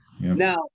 Now